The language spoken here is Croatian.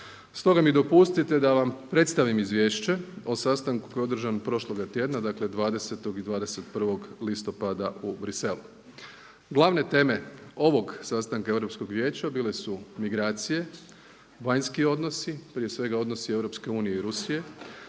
Stoga mi dopustite da vam predstavim izvješće o sastanku koji je održan prošloga tjedna, dakle 20. i 21. listopada u Bruxellesu. Glavne teme ovog sastanka Europskog vijeća bile su migracije, vanjski odnosi, prije svega odnosi EU i Rusije,